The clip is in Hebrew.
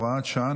הוראת שעה,